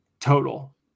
total